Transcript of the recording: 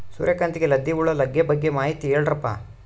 ಸೂರ್ಯಕಾಂತಿಗೆ ಲದ್ದಿ ಹುಳ ಲಗ್ಗೆ ಬಗ್ಗೆ ಮಾಹಿತಿ ಹೇಳರಪ್ಪ?